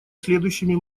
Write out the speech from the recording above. следующими